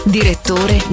Direttore